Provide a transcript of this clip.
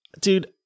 Dude